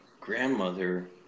grandmother